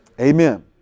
Amen